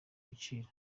ibiciro